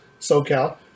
SoCal